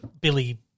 Billy